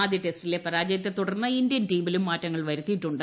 ആദ്യ ടെസ്റ്റിലെ പരാജയത്തെ തുടർന്ന് ഇന്ത്യൻ ടീമിൽ മാറ്റങ്ങൾ വരുത്തിയിട്ടുണ്ട്